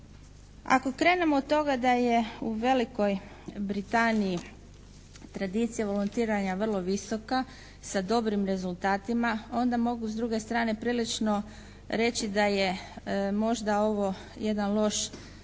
Ako krenemo od toga da je u Velikoj Britaniji tradicija volontiranja vrlo visoka sa dobrim rezultatima onda mogu s druge strane prilično reći da je možda ovo jedan loš prijepis